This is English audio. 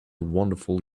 wonderful